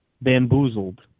bamboozled